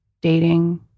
dating